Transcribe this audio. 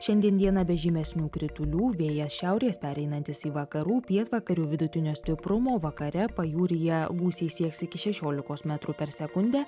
šiandien dieną be žymesnių kritulių vėjas šiaurės pereinantis į vakarų pietvakarių vidutinio stiprumo vakare pajūryje gūsiai sieks iki šešiolikos metrų per sekundę